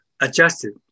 adjusted